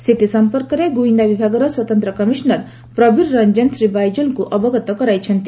ସ୍ଥିତି ସମ୍ପର୍କରେ ଗୁଇନ୍ଦା ବିଭାଗର ସ୍ୱତନ୍ତ୍ର କମିଶନର୍ ପ୍ରବୀର ରଞ୍ଜନ ଶ୍ରୀ ବାଇଜଲ୍ଙ୍କୁ ଅବଗତ କରାଇଛନ୍ତି